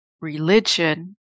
religion